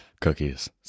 Cookies